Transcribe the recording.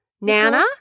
Nana